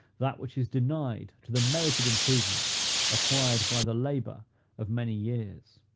that which is denied to the merited improvements acquired by the labor of many years.